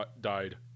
died